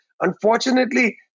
Unfortunately